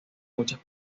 muchas